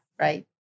right